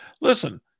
listen